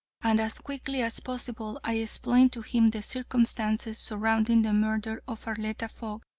and as quickly as possible i explained to him the circumstances surrounding the murder of arletta fogg,